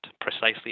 precisely